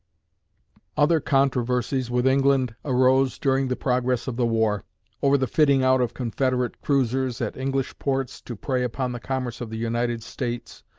other controversies with england arose during the progress of the war over the fitting out of confederate cruisers at english ports to prey upon the commerce of the united states,